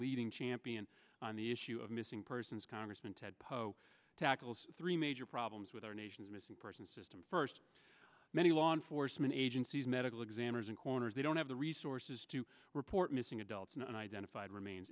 leading champion on the issue of missing persons congressman ted poe tackles three major problems with our nation's missing persons system first many law enforcement agencies medical examiners and corners they don't have the resources to report missing adults and identified remains